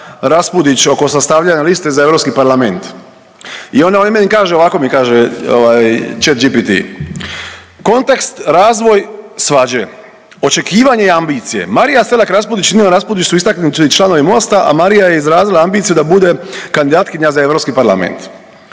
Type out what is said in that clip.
Raspudić oko sastavljanja liste za Europski parlament. I onda on meni kaže, ovako mi kaže chat GBT. „Kontekst razvoj svađe, očekivanje i ambicije Marija Selak-Raspudić i Nino Raspudić su istaknuti članovi Mosta, a Marija je izrazila ambiciju da bude kandidatkinja za Europski parlament.